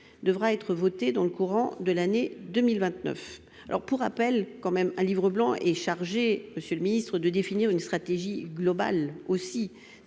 devra être votée dans le courant de l'année 2029. Alors pour rappel quand même un livre blanc est chargé. Monsieur le Ministre, de définir une stratégie globale aussi